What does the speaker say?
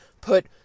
put